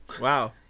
Wow